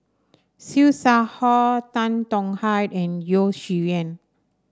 Siew Shaw Her Tan Tong Hye and Yeo Shih Yun